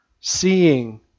Seeing